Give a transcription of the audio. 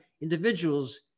individuals